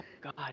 God